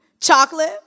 Chocolate